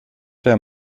der